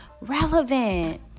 relevant